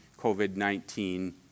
COVID-19